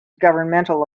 governmental